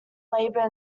labour